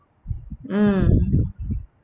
mm